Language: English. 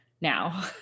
now